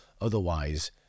Otherwise